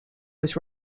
was